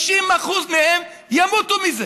50% מהם ימותו מזה.